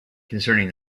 concerning